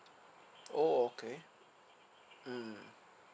oh okay mm